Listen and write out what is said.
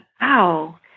wow